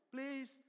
Please